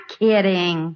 kidding